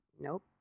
Nope